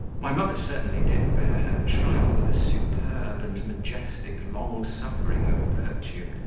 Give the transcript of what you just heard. my mother certainly did bear her trial with the superb and majestic long-suffering of virtue,